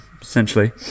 Essentially